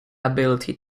ability